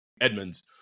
Edmonds